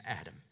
Adam